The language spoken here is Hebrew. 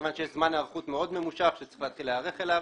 כיוון שיש זמן היערכות מאוד ממושך שצריכים להתחיל להיערך אליו.